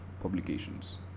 publications